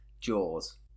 Jaws